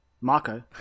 Marco